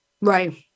Right